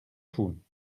tun